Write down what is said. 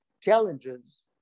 challenges